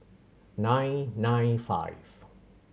nine nine five